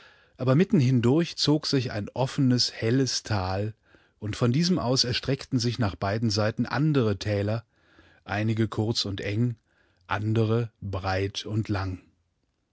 aber mitten hindurch zog sich ein offenes helles tal und von diesem aus erstreckten sich nach beiden seiten andere täler einige kurz und eng andere breit und lang